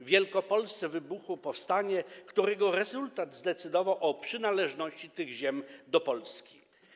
W Wielkopolsce wybuchło powstanie, którego rezultat zdecydował o przynależności tych ziem do Polski.